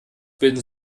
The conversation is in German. bilden